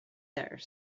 there